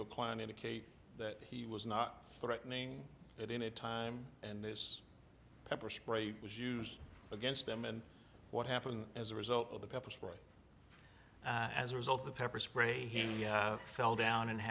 your client indicate that he was not threatening at any time and this pepper spray was used against them and what happened as a result of the pepper spray as a result the pepper spray fell down and